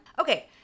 Okay